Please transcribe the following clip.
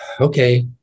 Okay